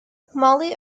molly